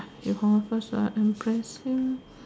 you hold on first embarrassing